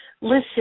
listen